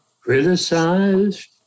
criticized